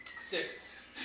Six